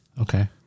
Okay